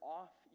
off